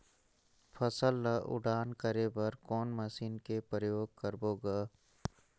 फसल ल उड़ान करे बर कोन मशीन कर प्रयोग करबो ग?